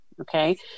Okay